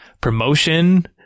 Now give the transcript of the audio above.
Promotion